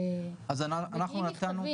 מגיעים מכתבים.